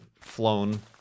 flown